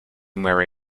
marry